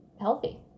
healthy